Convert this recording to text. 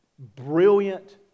brilliant